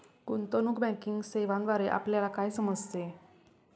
गुंतवणूक बँकिंग सेवांद्वारे आपल्याला काय समजते?